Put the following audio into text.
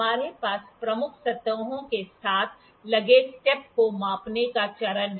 हमारे पास प्रमुख सतहों के साथ लगे स्टेप को मापने का चरण है